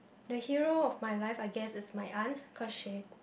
the hero of my life I guess is my aunt cause she